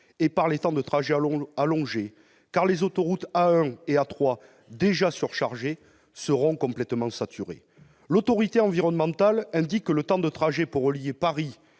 des temps de trajet, car les autoroutes A1 et A3, déjà surchargées, seront complètement saturées. L'autorité environnementale indique que le temps de trajet entre Paris